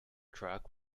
truck